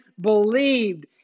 believed